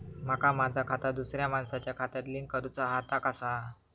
माका माझा खाता दुसऱ्या मानसाच्या खात्याक लिंक करूचा हा ता कसा?